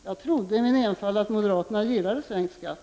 Jag trodde i min enfald att moderaterna gillade sänkt skatt.